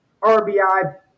RBI